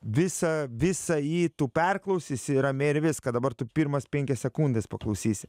visą visą jį tu perklausysi ramiai ir viską dabar tu pirmas penkias sekundes paklausysi